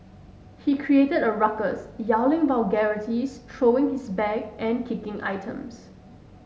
he created a ruckus yelling vulgarities throwing his bag and kicking items